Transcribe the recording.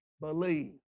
believe